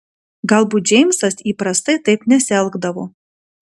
galbūt džeimsas įprastai taip nesielgdavo